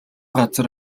газар